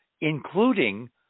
including